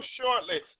shortly